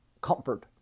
comfort